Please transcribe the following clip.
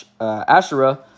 Asherah